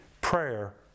prayer